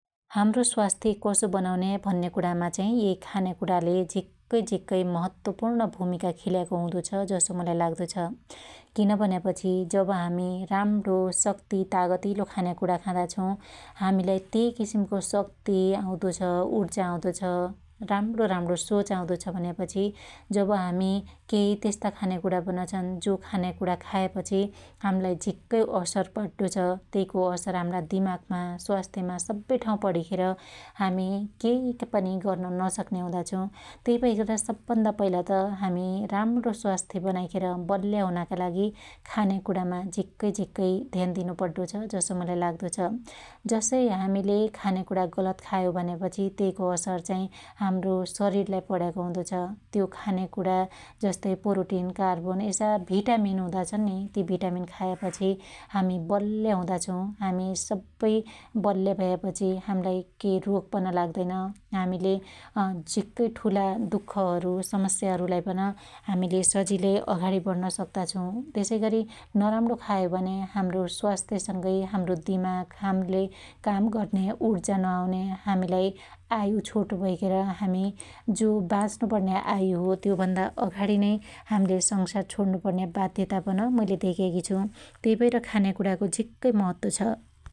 हाम्रो स्वास्थ्य कसो बनाउन् भन्या कुणामा चाइ यै खान्याकुणाले झिक्कै झिक्कै महत्वपुर्ण भुमिका खेल्याको हुदो छ जसो मुलाई लाग्दो छ । किन भन्यापछी जब हामी राम्णो शक्त्ती तागतीलो खान्याकुणा खादा छु हामिलाई त्यइ किसिमको शक्त्ति आउदो छ उर्जा आउदो छ राम्णो राम्णो सोच आउदो छ भन्यापछि जब हामी कहि त्यस्ता खानेकुणा पन छन जो खान्याकुणा खायापछि हाम्लाई झिक्कै असर पड्डो छ । त्यईको असर हाम्रो दिमागमा, स्वास्थ्थमा सब्बै ठाँउ पणीखेर हामि केई पनि गर्न नसक्न्या हुदा छु । त्यई भइखेर सबभन्दा पहिला त हामि राम्रो स्वास्थ्य बनाईखेर बल्या हुनका लागि खान्याकुणामा झीक्कै झिक्कै ध्यान दिनु पड्डो छ जसो मुलाई लाग्दो छ। जस्सै हामिले खान्याकुणा गलत खायो भन्यापछी त्यइको असर चाहि हाम्रो शरिरलाई पण्याको हुदो छ । त्यो खानेकुणा जस्तै प्रोटीन, कार्बन यसा भिटामीन हुदा छन यी ती भिटामीन खायापछी हामी बल्या हुदा छु हामी हामी सब्बै बल्या भयापछी के रोग पन लाग्दैन । हामीले अझिक्कै ठुला दुखहरु समस्याहरु पन हामीले सजिलै अघाडी बढ्न सक्दत छौ । त्यसैगरी नराम्रो खायो भन्या हाम्रो स्वास्थ्यसंगै हाम्रो दिमाग हाम्ले काम गर्न्या उर्जा नअन्या हामीलाई आयु छोटो भैखेर हामि जो बाच्नु पणन्या आयु हो त्यो भन्दा अघाडी नै हाम्ले संसार छोड्नु पणन्या बाध्यता पन मुईले धेक्याकी छु । तै भएर खान्याकुणाको झिक्कै महत्व छ ।